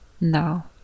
now